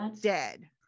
dead